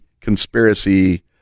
conspiracy